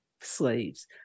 slaves